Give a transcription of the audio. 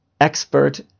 expert